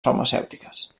farmacèutiques